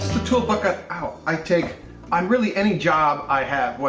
the tool bucket. ow. i take on really any job i have,